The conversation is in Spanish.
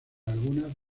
algunas